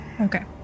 Okay